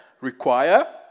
require